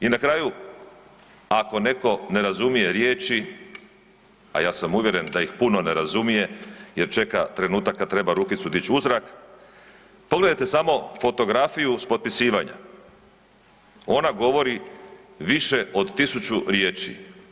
I na kraju, ako neko ne razumije riječi, a ja sam uvjeren da ih puno ne razumije jer čeka trenutak kada rukicu dić u zrak, pogledajte samo fotografiju s potpisivanja, ona govori više od tisuću riječi.